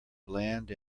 bland